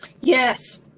Yes